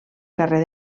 carrer